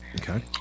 okay